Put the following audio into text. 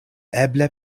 eble